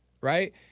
right